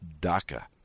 DACA